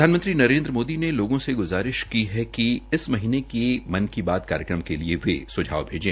प्रधानमंत्री नरेन्द्र मोदी ने लोगों से गुजारिश की है कि इस महीने के मन की बात कार्यक्रम के लिए वे सुझाव भेजें